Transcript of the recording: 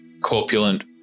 corpulent